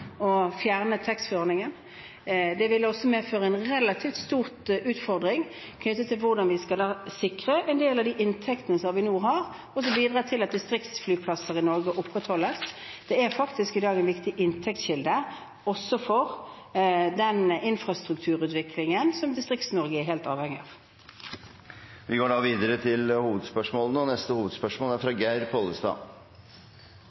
fjerne taxfree-ordningen. Det ville også medføre en relativt stor utfordring knyttet til hvordan vi da skal sikre en del av de inntektene som vi nå har. Den bidrar til at distriktsflyplasser i Norge opprettholdes. Den er faktisk i dag en viktig inntektskilde også for den infrastrukturutviklingen som Distrikts-Norge er helt avhengig av. Da går vi videre til neste hovedspørsmål.